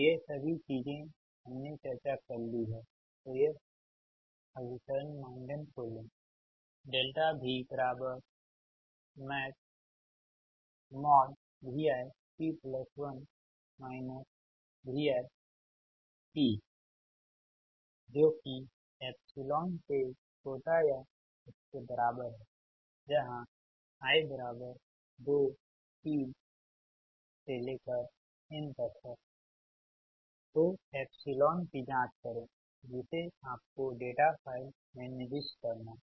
तोये सब चीजें हमने चर्चा कर ली है तो ये अभिसरण मानदंड को लें VmaxVi p1 Vi p i23n तो एप्सिलॉन की जांच करें जिसे आपको डेटा फ़ाइल में निर्दिष्ट करना है